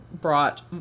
brought